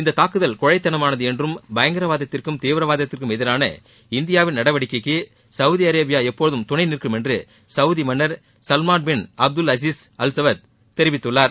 இந்தத் தாக்குதல் கோழைத்தளமானது என்றும் பயங்கரவாதத்திற்கும் தீவிரவாதத்திற்கும் எதிரான இந்தியாவின் நடவடிக்கைக்கு சவுதி அரேபியா எப்போதும் துணை நிற்கும் என்று சவுதி மன்னர் Mohammed bin Salman bin Abdul Aziz Al Saud தெரிவித்துள்ளார்